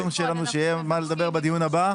צריך שיהיה לנו על מה לדבר בדיון הבא.